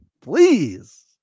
Please